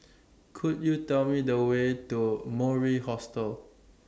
Could YOU Tell Me The Way to Mori Hostel